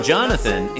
Jonathan